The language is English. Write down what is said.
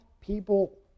people